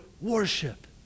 worship